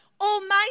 almighty